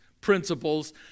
principles